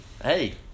Hey